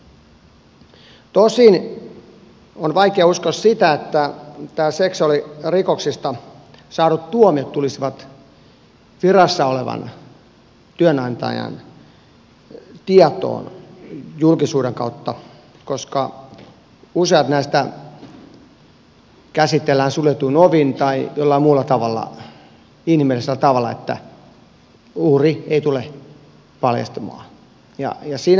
tosin on vaikea uskoa sitä että nämä seksuaalirikoksista saadut tuomiot tulisivat virassa olevan työnantajan tietoon julkisuuden kautta koska useat näistä käsitellään suljetuin ovin tai jollain muulla inhimillisellä tavalla niin että uhri ei tule paljastumaan